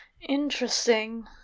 Interesting